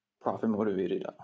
profit-motivated